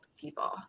people